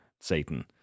Satan